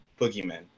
boogeyman